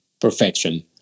perfection